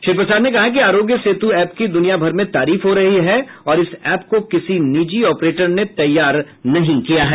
श्री प्रसाद ने कहा कि आरोग्य सेतु की दुनिया भर में तारीफ हो रही है और इस ऐप को किसी निजी ऑपरेटर ने तैयार नहीं किया है